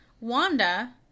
Wanda